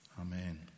Amen